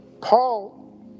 Paul